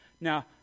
Now